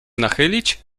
nachylić